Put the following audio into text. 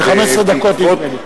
ו-15 דקות, נדמה לי.